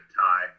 tie